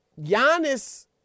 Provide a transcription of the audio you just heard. Giannis